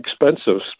expensive